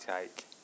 take